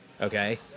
okay